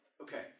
Okay